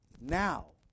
Now